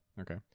Okay